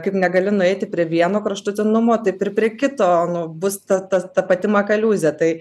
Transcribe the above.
kaip negali nueiti prie vieno kraštutinumo taip ir prie kito nu bus ta ta ta pati makaliūzė tai